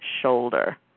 shoulder